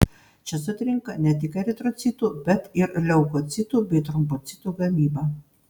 čia sutrinka ne tik eritrocitų bet ir leukocitų bei trombocitų gamyba